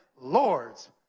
lords